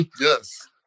yes